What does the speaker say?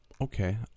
Okay